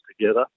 together